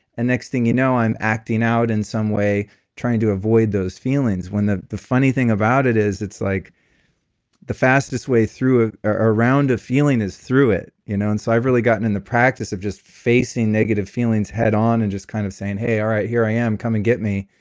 and next thing you know, i'm acting out in some way trying to avoid those feelings when the the funny thing about it is like the fastest way ah ah around a feeling is through it you know and so i've really gotten in the practice of just facing negative feelings head on and just kind of saying, hey. all right. here i am. come and get me.